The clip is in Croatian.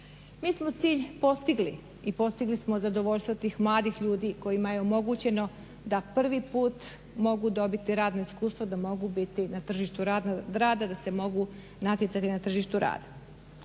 Mi smo cilj postigli i postigli smo zadovoljstvo tih mladih ljudi kojima je omogućeno da prvi put mogu dobiti radno iskustvo, da mogu biti na tržištu rada, da se mogu natjecati na tržištu rada.